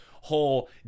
Whole